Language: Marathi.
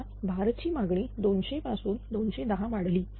समजा भारची मागणी 200 पासून 210 वाढली